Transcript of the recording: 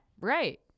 Right